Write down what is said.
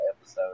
episode